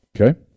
okay